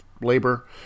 Labor